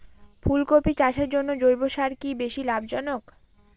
ফুলকপি চাষের জন্য জৈব সার কি বেশী লাভজনক?